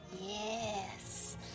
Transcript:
Yes